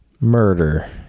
murder